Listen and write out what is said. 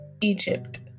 Egypt